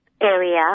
area